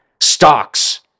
stocks